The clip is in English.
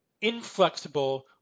inflexible